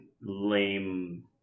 lame